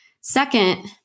Second